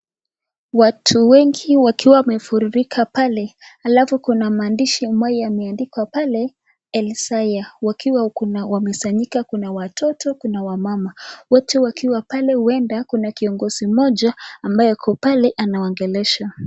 Watu wengi wakiwa wamefurika pale alafu kuna maandishi ambayo yameandikwa pale Elzaia wakiwa wamesanyika kuna watoto, kuna wamama. Wote wakiwa pale uenda kuna kiongozi mmoja ambaye ako pale anawaongelesha.